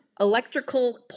electrical